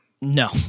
No